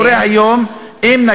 מה קורה היום אם,